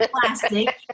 plastic